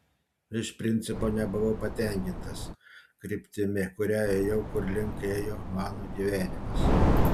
iš principo nebuvau patenkintas kryptimi kuria ėjau kur link ėjo mano gyvenimas